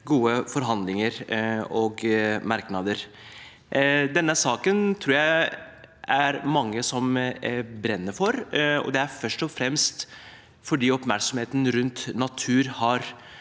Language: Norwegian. gode forhandlinger og merknader. Denne saken tror jeg det er mange som brenner for, og det er først og fremst fordi oppmerksomheten rundt natur har